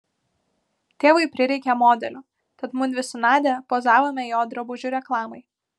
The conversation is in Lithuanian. tėvui prireikė modelių tad mudvi su nadia pozavome jo drabužių reklamai